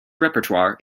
repertoire